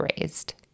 raised